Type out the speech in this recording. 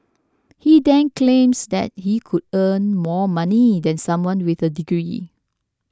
he then claims that he could earn more money than someone with a degree